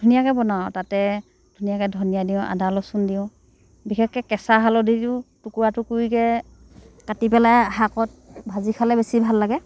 ধুনীয়াকৈ বনাওঁ তাতে ধুনীয়াকৈ ধনিয়া দিওঁ আদা ৰচোন দিওঁ বিশেষকৈ কেঁচা হালধি দিওঁ টুকুৰা টুকুৰিকৈ কাটি পেলাই শাকত ভাজি খালে বেছি ভাল লাগে